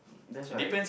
that's why